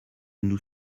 nous